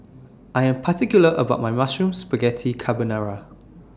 I Am particular about My Mushroom Spaghetti Carbonara